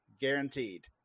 guaranteed